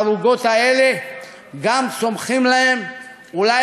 על כך שבערוגות האלה גם צומחים להם אולי